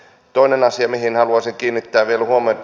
toinen asia mihin haluaisin kiinnittää vielä huomiota